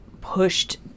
pushed